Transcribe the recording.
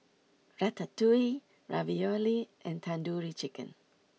Ratatouille Ravioli and Tandoori Chicken